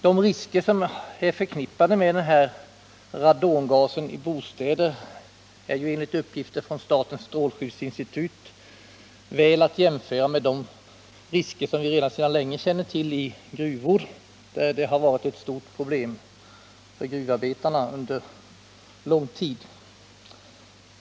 De risker som är förknippade med radongasen i bostäder går, enligt uppgifter från statens strålskyddsinstitut, väl att jämföra med de risker vi sedan länge känner till i gruvor där gasen under lång tid varit ett stort problem för gruvarbetarna.